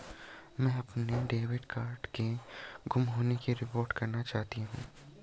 मैं अपने debit card के गुम होने की रिपोर्ट करना चाहती हूँ